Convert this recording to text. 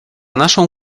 naszą